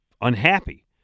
unhappy